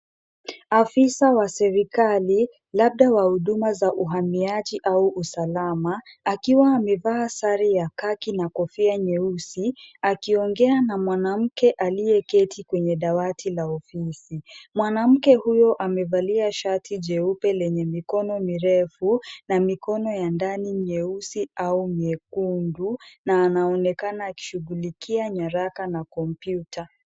Afisa wa serikali, labda wa huduma za uhamiaji au usalama, akiwa amevaa sare ya khaki na kofia nyeusi, akiongea na mwanamke aliyeketi kwenye dawati la ofisi. Mwanamke huyo amevalia shati jeupe lenye mikono mirefu na mikono ya ndani nyeusi au nyekundu na anaonekana akishughulikia nyaraka na kompyuta.